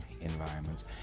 environments